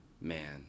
Man